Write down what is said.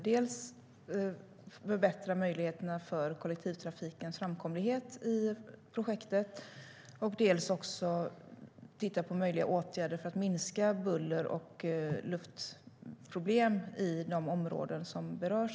Dels ska möjligheterna för kollektivtrafikens framkomlighet förbättras i projektet, dels ska man titta på möjliga åtgärder för att minska buller och luftproblem i de områden som berörs.